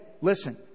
listen